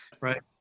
Right